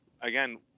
again